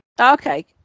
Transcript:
okay